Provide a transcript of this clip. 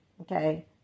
okay